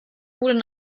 wurde